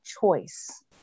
choice